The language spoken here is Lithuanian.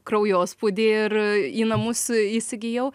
kraujospūdį ir į namus įsigijau